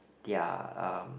their um